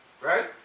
Right